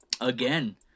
again